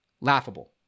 laughable